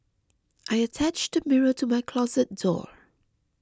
I attached a mirror to my closet door